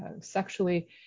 sexually